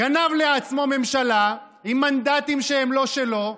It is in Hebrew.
גנב לעצמו ממשלה עם מנדטים שהם לא שלו,